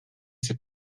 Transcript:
ses